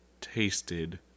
tasted